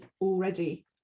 already